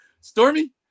Stormy